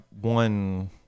one